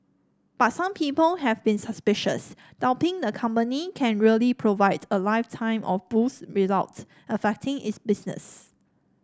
but some people have been suspicious doubting the company can really provide a lifetime of booze without affecting its business